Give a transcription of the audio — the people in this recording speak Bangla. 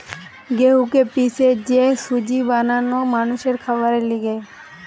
গেহুকে পিষে যে সুজি বানানো মানুষের খাবারের লিগে